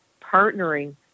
partnering